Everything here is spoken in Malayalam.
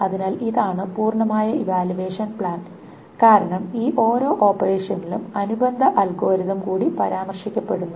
അതിനാൽ ഇതാണ് പൂർണ്ണമായ ഇവാലുവേഷൻ പ്ലാൻ കാരണം ഈ ഓരോ ഓപ്പറേഷനിലും അനുബന്ധ അൽഗോരിതം കൂടി പരാമർശിക്കപ്പെടുന്നു